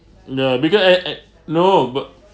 the bigger ad at no but